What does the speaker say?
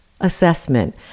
assessment